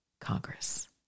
Congress